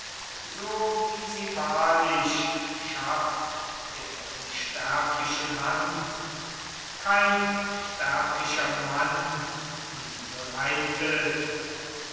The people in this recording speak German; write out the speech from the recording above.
so wie sie wahrlich schafft der unsterblichen hand kein sterblicher mann sie bereitet